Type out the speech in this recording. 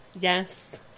Yes